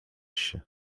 się